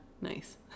nice